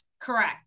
Correct